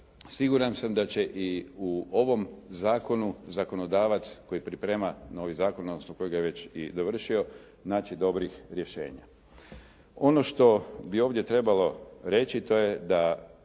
siguran sam da će i u ovom zakonu zakonodavac koji priprema novi zakon, odnosno koji ga je već i dovršio naći dobrih rješenja. Ono što bi ovdje trebalo reći to je da